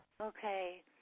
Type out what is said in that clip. Okay